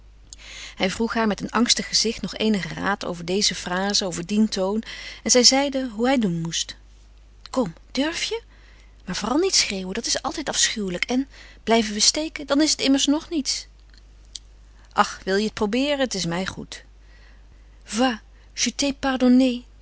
hij vroeg haar met een angstig gezicht nog eenigen raad over deze fraze over dien toon en zij zeide hoe hij doen moest kom durf je maar vooral niet schreeuwen dat is altijd afschuwelijk en blijven we steken dan is het immers nog niets ach wil je het probeeren het is mij goed